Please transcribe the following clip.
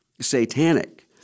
satanic